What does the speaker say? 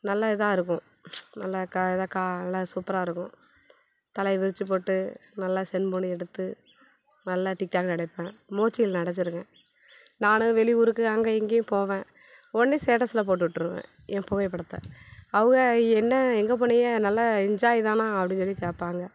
நல்லா இதாக இருக்கும் நல்லா கா இதாக கா நல்லா சூப்பராக இருக்கும் தலையை விரித்து போட்டு நல்லா செல்ஃபேனை எடுத்து நல்லா டிக்டாக் நடிப்பேன் மோஜியில் நடிச்சிருக்கேன் நானும் வெளியூருக்கு அங்கே இங்கேயும் போவேன் உட்னே ஸ்டேட்டஸில் போட்டு விட்டுருவேன் என் புகைப்படத்தை அவுங்க என்ன எங்கள் போனீங்க நல்லா என்ஜாய் தானா அப்படின்னு சொல்லி கேட்பாங்க